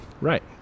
right